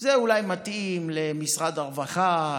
זה אולי מתאים למשרד הרווחה,